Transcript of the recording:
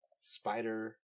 Spider